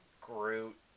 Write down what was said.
Groot